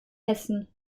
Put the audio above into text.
hessen